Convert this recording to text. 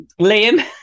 Liam